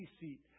seat